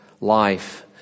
life